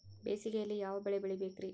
ಬೇಸಿಗೆಯಲ್ಲಿ ಯಾವ ಬೆಳೆ ಬೆಳಿಬೇಕ್ರಿ?